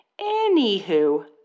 Anywho